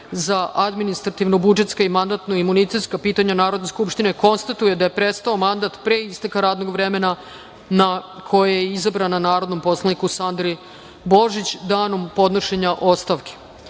za administrativno-budžetska i mandatno-imunitetska pitanja Narodne skupštine konstatuje da je prestao mandat pre isteka vremena na koje je izabrana, narodnom poslaniku Sandri Božić, danom podnošenja